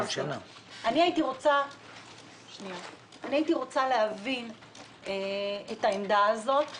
אני הייתי רוצה להבין את העמדה הזאת,